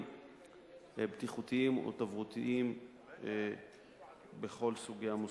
בטיחותיים או תברואתיים בכל סוגי המוסדות.